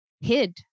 hid